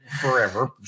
forever